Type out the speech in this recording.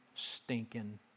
stinking